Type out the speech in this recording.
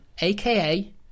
aka